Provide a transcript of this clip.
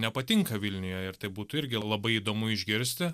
nepatinka vilniuje ir tai būtų irgi labai įdomu išgirsti